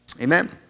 Amen